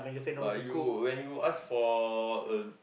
but you when you ask for a